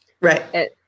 Right